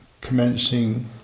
commencing